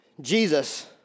Jesus